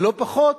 ולא פחות,